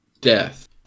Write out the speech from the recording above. death